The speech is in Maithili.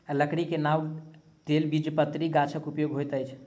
लकड़ी के नावक लेल द्विबीजपत्री गाछक उपयोग होइत अछि